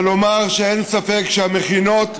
לומר שאין ספק שהמכינות,